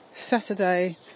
Saturday